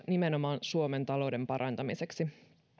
nimenomaan suomen talouden parantamiseksi